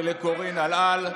ולקורין אלאל.